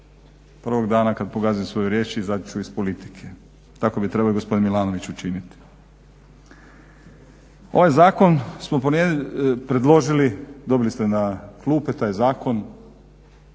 Prvog dana kada pogazim svoju riječ izaći ću iz politike, tako bi trebao gospodin Milanović učiniti. Ovaj zakon smo predložili, dobili ste na klupe taj zakon,